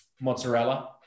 mozzarella